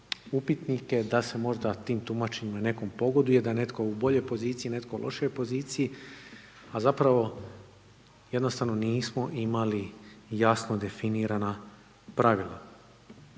upitnike da se možda tim tumačenjima nekom pogoduje, da je netko u boljoj poziciji, netko u lošijoj poziciji, a zapravo jednostavno nismo imali jasno definirana pravila.